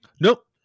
Nope